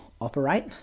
operate